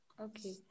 Okay